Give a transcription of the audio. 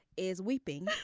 is weeping.